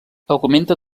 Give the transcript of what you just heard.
augmenta